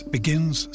Begins